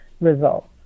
results